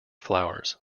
flowers